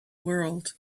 world